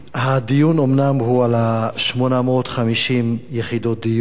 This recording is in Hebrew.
אומנם הדיון הוא על 850 יחידות הדיור,